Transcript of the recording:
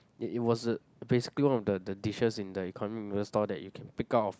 it it was a basically one of the the dishes in the economic noodle store that you can pick out of